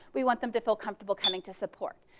we want them to feel comfortable coming to support.